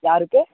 யாருக்கு